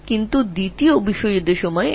এটি দ্বিতীয় বিশ্বযুদ্ধের সময়ের ঘটনা